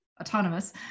autonomous